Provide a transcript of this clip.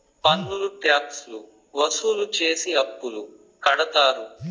పన్నులు ట్యాక్స్ లు వసూలు చేసి అప్పులు కడతారు